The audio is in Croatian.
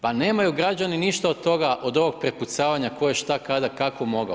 Pa nemaju građani ništa od toga od ovog prepucavanja ko je šta kada, kako mogao.